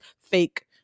fake